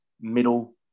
middle